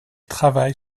travaille